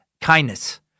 kindness